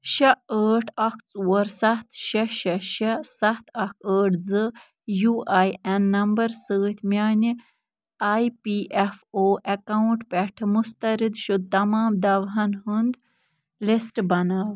شےٚ ٲٹھ اَکھ ژور سَتھ شےٚ شےٚ شےٚ سَتھ اَکھ ٲٹھ زٕ یوٗ آے ایٚن نمبر سۭتۍ میٛانہِ A P F O account پٮ۪ٹھ مسترد شُدہ تمام دواہَن ہُنٛد لسٹہٕ بناو